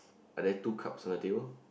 are there two cups on the table